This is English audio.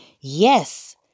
Yes